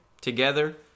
Together